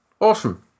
awesome